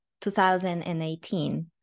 2018